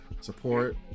support